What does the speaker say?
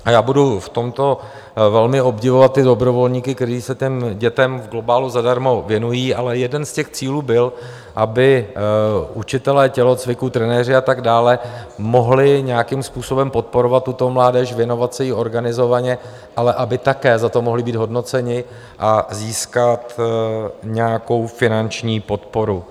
A já budu v tomto velmi obdivovat dobrovolníky, kteří se dětem v globálu zadarmo věnují, ale jeden z cílů byl, aby učitelé tělocviku, trenéři a tak dále mohli nějakým způsobem podporovat tuto mládež, věnovat se jí organizovaně, ale aby také za to mohli být hodnoceni a získat nějakou finanční podporu.